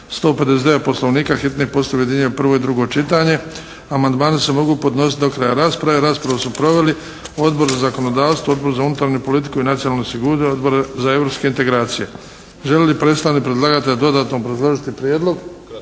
159. Poslovnika hitni postupak objedinjuje prvo i drugo čitanje. Amandmani se mogu podnositi do kraja raspravu. Raspravu su proveli: Odbor za zakonodavstvo, Odbor za unutarnju politiku i nacionalnu sigurnost, Odbor za europske integracije. Želi li predstavnik predlagatelja dodatno obrazložiti prijedlog?